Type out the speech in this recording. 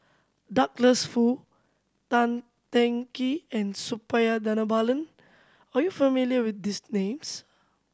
Douglas Foo Tan Teng Kee and Suppiah Dhanabalan are you familiar with these names